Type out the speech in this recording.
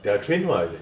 they are trained [what]